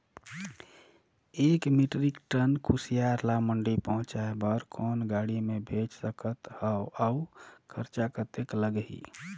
एक metric tonne कुसियार ल मंडी पहुंचाय बर कौन गाड़ी मे भेज सकत हव अउ खरचा कतेक लगही?